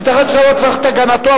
ייתכן שאתה לא צריך את הגנתו,